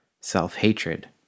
self-hatred